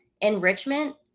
enrichment